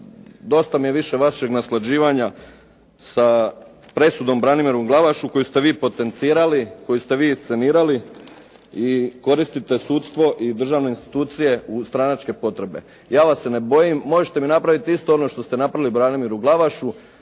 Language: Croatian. dosta mi je više vašeg naslađivanja sa presudom Branimiru Glavašu koju ste vi potencirali, koju ste vi inscenirali i koristite sudstvo i državne institucije u stranačke potrebe. Ja vas se ne bojim, možete mi napraviti isto ono što ste napravili Branimiru Glavašu.